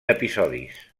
episodis